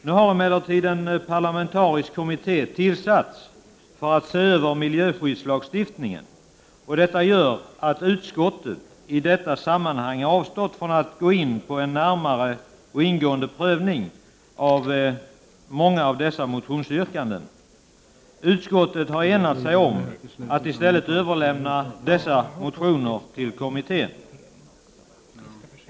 Nu har emellertid en parlamentarisk kommitté tillsatts för att se över miljöskyddslagstiftningen, och detta gör att utskottet i detta sammanhang avstått från att gå in på en närmare och ingående prövning av många av dessa motionsyrkanden. Utskottet har enat sig om att i stället överlämna motionerna till kommittén.